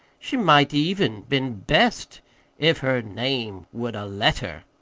she might even been best if her name would a let her.